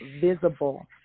visible